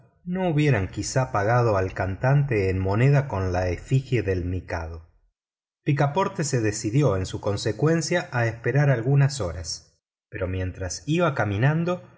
no hubieran quizá pagado al cantante en moneda con la efigie del mikado picaporte se decidió en su consecuencia a esperar algunas horas pero mientras iba caminando